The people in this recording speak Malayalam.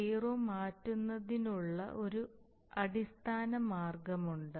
സീറോ മാറ്റുന്നതിനുള്ള ഒരു അടിസ്ഥാന മാർഗമുണ്ട്